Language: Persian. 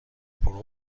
پرو